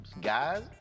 guys